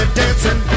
dancing